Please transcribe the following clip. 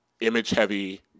image-heavy